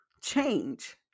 change